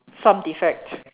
some defect